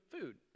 food